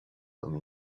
comme